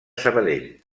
sabadell